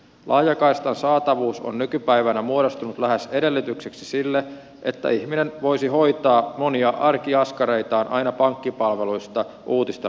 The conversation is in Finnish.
laajakaistan saatavuus on nykypäivänä muodostunut lähes edellytykseksi sille että ihminen voisi hoitaa monia arkiaskareitaan aina pankkipalveluista uutisten lukemiseen